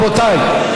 רבותיי,